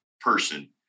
person